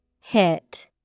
Hit